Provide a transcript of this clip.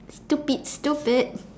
stupid stupid